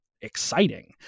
exciting